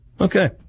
Okay